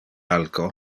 alco